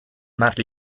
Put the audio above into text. mar